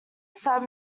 sad